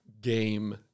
game